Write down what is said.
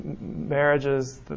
marriages